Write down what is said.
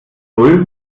null